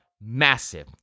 massive